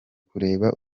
kureba